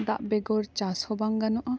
ᱫᱟᱜ ᱵᱮᱜᱚᱨ ᱪᱟᱥ ᱦᱚᱸ ᱵᱟᱝ ᱜᱟᱱᱚᱜᱼᱟ